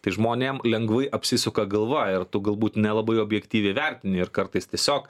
tai žmonėm lengvai apsisuka galva ir tu galbūt nelabai objektyviai vertini ir kartais tiesiog